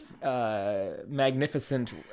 magnificent